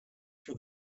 for